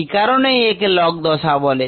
এই কারণেই একে log দশা বলে